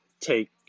take